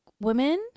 women